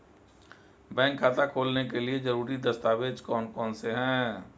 Bank खाता खोलने के लिए ज़रूरी दस्तावेज़ कौन कौनसे हैं?